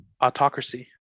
autocracy